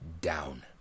down